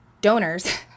donors